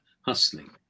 hustling